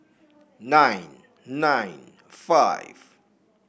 nine nine five